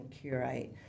curate